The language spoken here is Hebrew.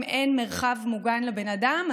אם אין מרחב מוגן לבן אדם,